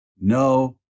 no